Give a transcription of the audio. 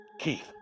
Keith